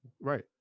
Right